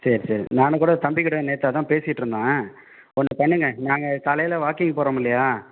சரி சரி நானும் கூட தம்பிக்கிட்ட நேற்று அதான் பேசிட்டுயிருந்தேன் ஒன்று பண்ணுங்க நாங்கள் காலையில் வாக்கிங் போகிறோமில்லையா